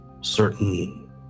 certain